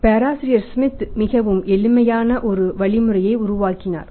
பேராசிரியர் ஸ்மித் மிகவும் எளிமையான ஒரு வழிமுறையை உருவாக்கினார்